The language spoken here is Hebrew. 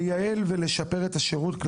לייעל לשפר את השירות.